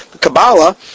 Kabbalah